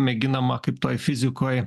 mėginama kaip toj fizikoj